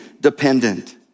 dependent